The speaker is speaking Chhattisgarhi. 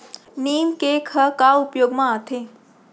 नीम केक ह का उपयोग मा आथे?